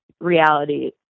reality